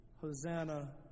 Hosanna